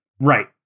Right